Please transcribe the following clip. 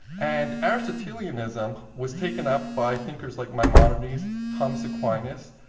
and aristotelianism was taken up by thinkers like maimonides, thomas aquinas,